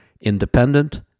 independent